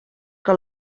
que